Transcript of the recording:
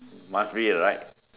must be right